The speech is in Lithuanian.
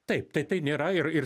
taip tai tai nėra ir ir